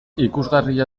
ikusgarria